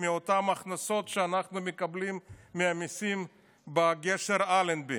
מאותן הכנסות שאנחנו מקבלים מהמיסים בגשר אלנבי,